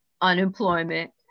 unemployment